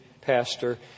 pastor